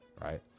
right